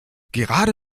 gerade